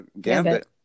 Gambit